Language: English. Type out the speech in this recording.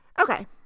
Okay